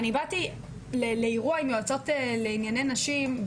אני באתי לאירוע עם יועצות לענייני נשים,